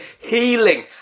healing